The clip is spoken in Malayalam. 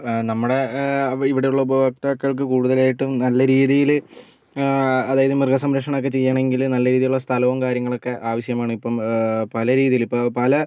നമ്മുടെ ഇവിടെ ഉള്ള ഉപഭോക്താക്കൾക്ക് കൂടുതലായിട്ടും നല്ല രീതിയിൽ അതായത് മൃഗ സംരക്ഷണം ഒക്കെ ചെയ്യുകയാണെങ്കിൽ നല്ല രീതിയിലുള്ള സ്ഥലവും കാര്യങ്ങളൊക്കെ ആവശ്യമാണ് ഇപ്പം പലരീതിയിൽ ഇപ്പം പല